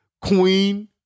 Queen